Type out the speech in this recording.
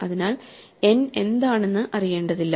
അതിനാൽ n എന്താണെന്ന് അറിയേണ്ടതില്ല